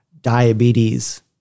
diabetes